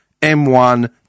M1